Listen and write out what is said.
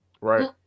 right